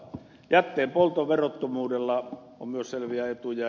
jätteenpolton verottomuudella on myös selviä etuja